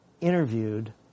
interviewed